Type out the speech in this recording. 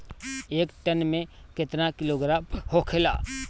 एक टन मे केतना किलोग्राम होखेला?